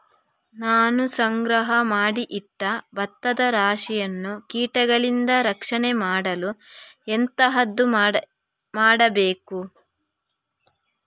ನಾನು ಸಂಗ್ರಹ ಮಾಡಿ ಇಟ್ಟ ಭತ್ತದ ರಾಶಿಯನ್ನು ಕೀಟಗಳಿಂದ ರಕ್ಷಣೆ ಮಾಡಲು ಎಂತದು ಮಾಡಬೇಕು?